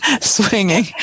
swinging